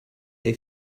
they